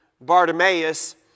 Bartimaeus